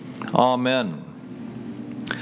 Amen